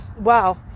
wow